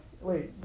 Wait